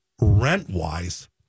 rent-wise